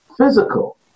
physical